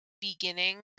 beginning